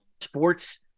Sports